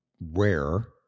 rare